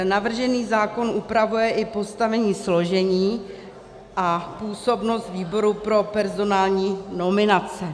Navržený zákon upravuje i postavení, složení a působnost výboru pro personální nominace.